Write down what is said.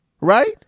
right